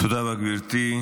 תודה רבה, גברתי.